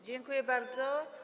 Dziękuję bardzo.